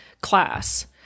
class